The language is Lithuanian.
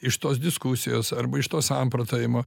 iš tos diskusijos arba iš to samprotavimo